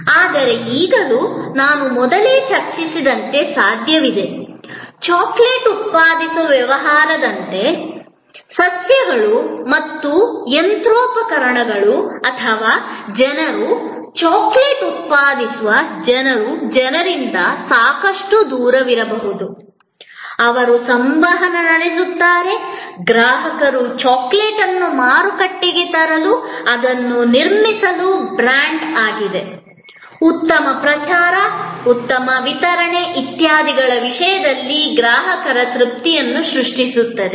ಆದರೆ ಈಗಲೂ ನಾನು ಮೊದಲೇ ಚರ್ಚಿಸಿದಂತೆ ಸಾಧ್ಯವಿದೆ ಚಾಕೊಲೇಟ್ ಉತ್ಪಾದಿಸುವ ವ್ಯವಹಾರದಂತೆ ಸಸ್ಯಗಳು ಮತ್ತು ಯಂತ್ರೋಪಕರಣಗಳು ಅಥವಾ ಜನರು ಚಾಕೊಲೇಟ್ ಉತ್ಪಾದಿಸುವ ಜನರು ಜನರಿಂದ ಸಾಕಷ್ಟು ದೂರವಿರಬಹುದು ಅವರು ಸಂವಹನ ನಡೆಸುತ್ತಾರೆ ಗ್ರಾಹಕರು ಚಾಕೊಲೇಟ್ ಅನ್ನು ಮಾರುಕಟ್ಟೆಗೆ ತರಲು ಅದನ್ನು ನಿರ್ಮಿಸಲು ಬ್ರಾಂಡ್ ಆಗಿದೆ ಉತ್ತಮ ಪ್ರಚಾರ ಉತ್ತಮ ವಿತರಣೆ ಇತ್ಯಾದಿಗಳ ವಿಷಯದಲ್ಲಿ ಗ್ರಾಹಕರ ತೃಪ್ತಿಯನ್ನು ಸೃಷ್ಟಿಸುವುದು